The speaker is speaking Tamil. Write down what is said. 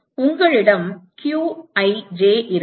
எனவே உங்களிடம் qij இருக்கும்